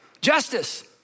Justice